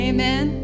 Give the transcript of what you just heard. Amen